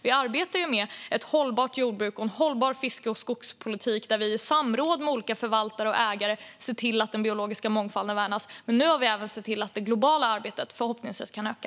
Vi arbetar med ett hållbart jordbruk och en hållbar fiske och skogspolitik där vi i samråd med olika förvaltare och ägare ser till att den biologiska mångfalden värnas. Nu har vi även sett till att takten i det globala arbetet förhoppningsvis kan öka.